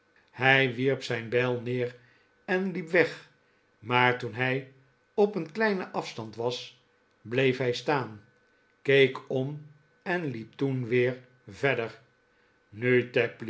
hij wierp zijn bijl neer en liep weg maar toen hij op een kleinen afstand was bleef hij staan keek om en liep toen weer ver der nu